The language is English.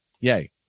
Yay